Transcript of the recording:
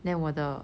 then 我的